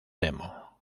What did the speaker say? demo